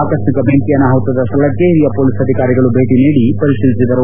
ಆಕಸ್ಕಿಕ ಬೆಂಕಿ ಅನಾಹುತದ ಸ್ವಳಕ್ಕೆ ಹಿರಿಯ ಪೊಲೀಸ್ ಅಧಿಕಾರಿಗಳು ಭೇಟಿ ನೀಡಿ ಪರಿಶೀಲಿಸಿದರು